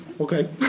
Okay